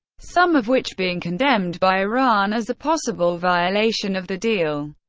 some of which being condemned by iran as a possible violation of the deal.